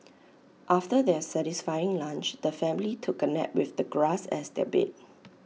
after their satisfying lunch the family took A nap with the grass as their bed